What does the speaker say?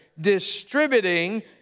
distributing